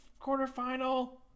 quarterfinal